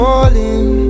Falling